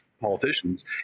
politicians